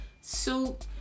soup